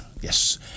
yes